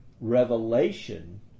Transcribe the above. revelation